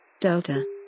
Delta